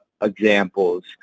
examples